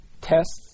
tests